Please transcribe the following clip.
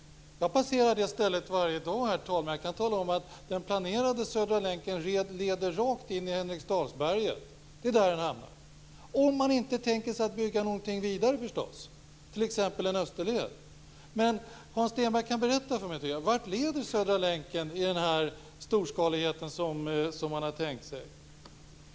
Jag passerar det stället varje dag och kan tala om att den planerade Södra länken leder rakt in i Henriksdalsberget, om man inte tänker sig att bygga vidare på den. t.ex. en österled. Men vart leder Södra länken i denna storskalighet som man har tänkt sig?